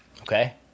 Okay